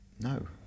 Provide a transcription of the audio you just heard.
No